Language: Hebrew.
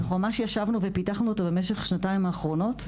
אנחנו ממש ישבנו ופיתחנו אותה במשך השנתיים האחרונות.